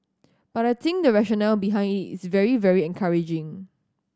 but I think the rationale behind it is very very encouraging